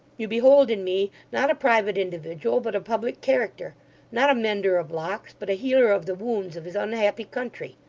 you behold in me, not a private individual, but a public character not a mender of locks, but a healer of the wounds of his unhappy country.